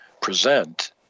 present